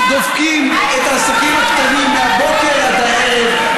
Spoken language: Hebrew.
אנחנו דופקים את העסקים הקטנים מהבוקר עד הערב,